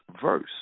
verse